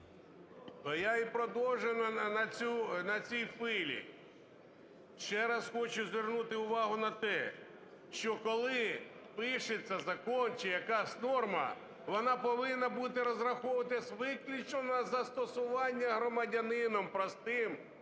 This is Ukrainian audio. я і продовжу на цій хвилі. Ще раз хочу звернути увагу на те, що коли пишеться закон чи якась норма, вона повинна бути, розраховуватись виключно на застосування громадянином простим,